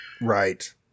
Right